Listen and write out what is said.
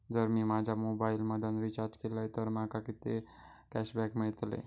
जर मी माझ्या मोबाईल मधन रिचार्ज केलय तर माका कितके कॅशबॅक मेळतले?